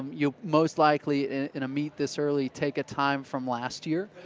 you'll most likely in a meet this early take a time from last year.